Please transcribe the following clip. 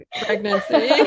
pregnancy